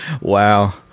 Wow